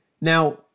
Now